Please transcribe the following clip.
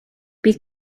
bydd